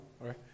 right